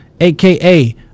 aka